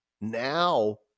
Now